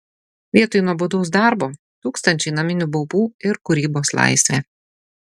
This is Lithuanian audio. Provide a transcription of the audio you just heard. vietoj nuobodaus darbo tūkstančiai naminių baubų ir kūrybos laisvė